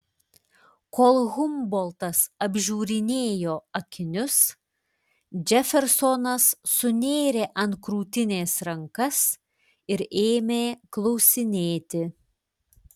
kol humboltas apžiūrinėjo akinius džefersonas sunėrė ant krūtinės rankas ir ėmė klausinėti